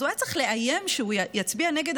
אז הוא היה צריך לאיים שהוא יצביע נגד